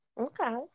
Okay